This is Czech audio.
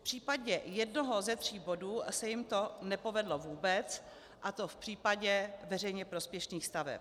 V případě jednoho ze tří bodů se jim to nepovedlo vůbec, a to v případě veřejně prospěšných staveb.